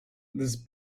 this